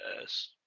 Yes